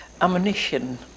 ammunition